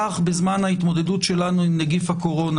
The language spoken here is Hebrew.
כאשר בזמן ההתמודדות שלנו עם נגיף הקורונה,